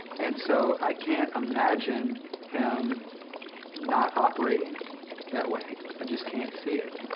and so i can't imagine him not operating that way. i just can't see it.